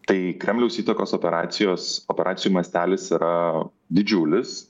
tai kremliaus įtakos operacijos operacijų mastelis yra didžiulis